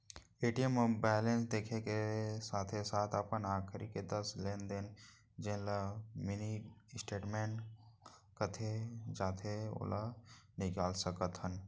ATM म balance देखे के साथे साथ अपन आखरी के दस लेन देन जेन ल मिनी स्टेटमेंट कहे जाथे ओला निकाल सकत हन